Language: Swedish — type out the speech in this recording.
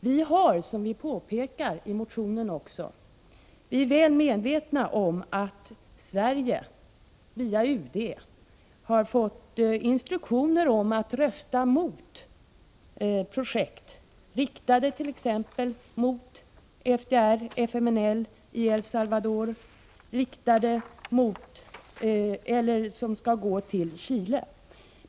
Vi är väl medvetna om, vilket vi påpekar i motionen, att Sverige via UD har fått instruktioner om att rösta mot projekt, som är riktade t.ex. mot FDR och FMNL i El Salvador och som avser Chile.